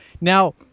Now